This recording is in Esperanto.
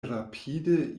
rapide